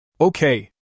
Okay